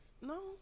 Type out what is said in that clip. No